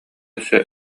өссө